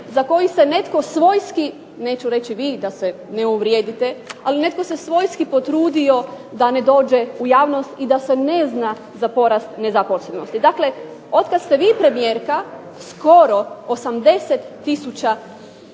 za koji se netko svojski, neću reći vi, da se ne uvrijedite, ali netko se svojski potrudio da ne dođe u javnost i da se ne zna za porast nezaposlenosti. Dakle, od kad ste vi premijerka skoro 80000